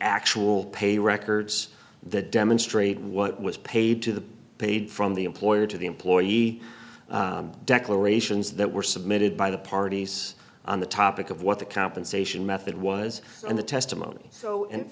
actual pay records that demonstrate what was paid to the paid from the employer to the employee declarations that were submitted by the parties on the topic of what the compensation method was and the testimony so and